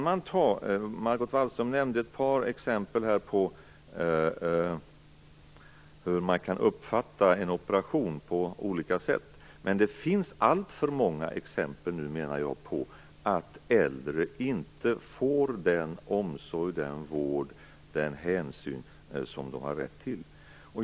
Margot Wallström nämnde ett par exempel på hur man kan uppfatta en operation på olika sätt. Det finns alltför många exempel på att äldre inte får den omsorg, vård och hänsyn som de har rätt till.